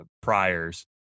priors